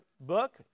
book